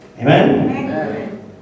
Amen